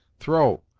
throw,